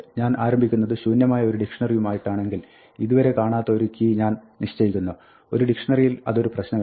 ഞാൻ ആരംഭിക്കുന്നത് ശൂന്യമായ ഒരു ഡിക്ഷ്ണറിയുമായിട്ടാണെങ്കിൽ ഇതുവരെ കാണാത്ത ഒരു കീ ഞാൻ നിശ്ചയിക്കുന്നു ഒരു ഡിക്ഷ്ണറിയിൽ അതൊരു പ്രശ്നമല്ല